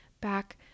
back